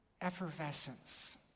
effervescence